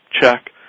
check